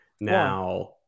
Now